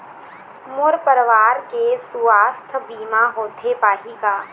मोर परवार के सुवास्थ बीमा होथे पाही का?